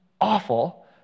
awful